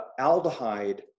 aldehyde